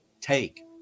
take